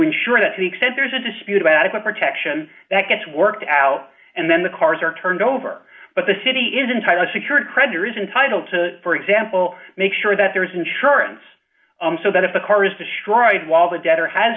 ensure that the extent there is a dispute about a protection that gets worked out and then the cars are turned over but the city is entitled secured creditors in title to for example make sure that there is insurance so that if a car is destroyed while the debtor has